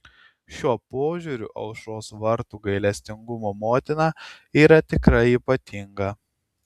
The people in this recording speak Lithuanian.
šiuo požiūriu aušros vartų gailestingumo motina yra tikrai ypatinga